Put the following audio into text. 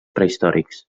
prehistòrics